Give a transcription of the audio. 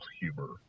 humor